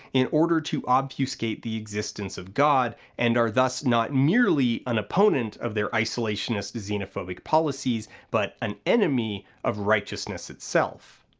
in order to obfuscate the existence of god and are thus not merely an opponent of their isolationist, xenophobic policies but an enemy of righteousness itself.